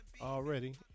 Already